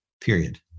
period